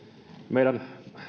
meidän